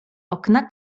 okna